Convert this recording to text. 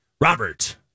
Robert